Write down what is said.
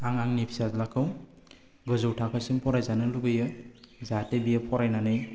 आं आंनि फिसाज्लाखौ गोजौ थाखोसिम फरायजानो लुगैयो जाहाथे बियो फरायनानै